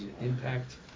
impact